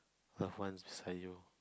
loved ones beside you